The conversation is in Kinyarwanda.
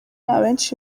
abenshi